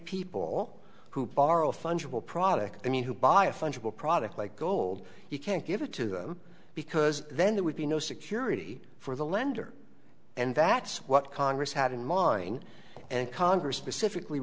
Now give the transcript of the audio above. people who borrow fungible product i mean who buy a fungible product like gold you can't give it to them because then there would be no security for the lender and that's what congress had in mind and congress specifically